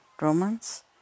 romance